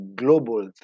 global